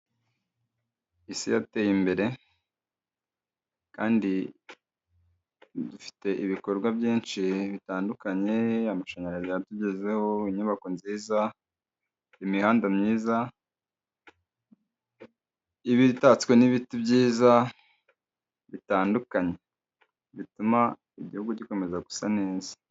Isi yateye imbere, kandi dufite ibikorwa byinshi bitandukanye, amashanyarazi yatugezeho, inyubako nziza, imihanda myiza iba itatswe n'ibiti byiza, bitandukanye, bituma igihugu gikomeza gusa neza.